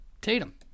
Tatum